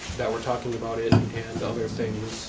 that were talking about it and other things,